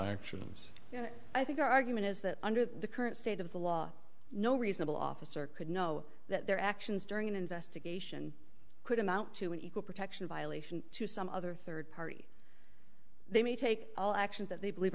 actions i think our argument is that under the current state of the law no reasonable officer could know that their actions during an investigation could amount to an equal protection violation to some other third party they may take actions that they believe